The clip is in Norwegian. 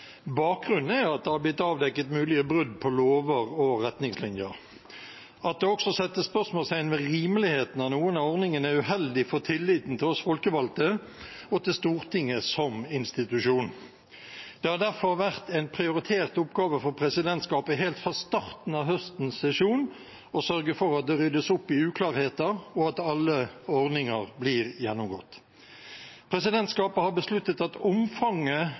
Bakgrunnen er at det har blitt avdekket mulige brudd på lover og retningslinjer. At det også settes spørsmålstegn ved rimeligheten av noen av ordningene, er uheldig for tilliten til oss folkevalgte og til Stortinget som institusjon. Det har derfor vært en prioritert oppgave for presidentskapet helt fra starten av høstens sesjon å sørge for at det ryddes opp i uklarheter, og at alle ordninger blir gjennomgått. Presidentskapet har